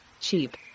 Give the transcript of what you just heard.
cheap